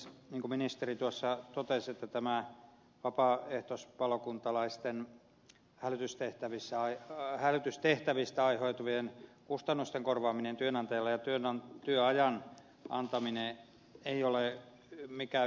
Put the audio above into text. niin kuin ministeri tuossa totesi tämä vapaaehtoispalokuntalaisten hälytystehtävistä aiheutuvien kustannusten korvaaminen työnantajille ja työajan antaminen eivät ole mitään yksinkertaisia asioita